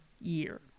year